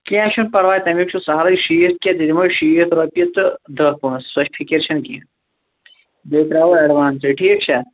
کیٚنٛہہ چھُنہٕ پرواے تٔمیُک چھُ سہلٕے شیٖتھ کیٛاہ ژےٚ دِمو شیٖتھ رۄپیہِ تہٕ داہ پوٗنٛسہٕ سۄ فِکِر چھَنہٕ کیٚنٛہہ بیٚیہِ ترٛاوو ایٚڈوانسٕے ٹھیٖک چھا